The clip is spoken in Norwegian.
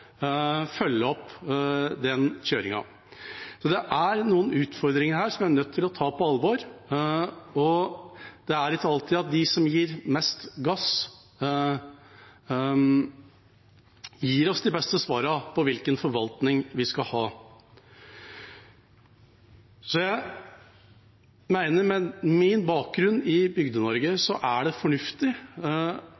følge opp den kjøringen. Det er noen utfordringer her som vi er nødt til å ta på alvor, og det er ikke alltid at de som gir mest gass, gir oss de beste svarene på hvilken forvaltning vi skal ha. Så med min bakgrunn